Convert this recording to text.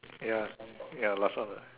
ya ya last one ah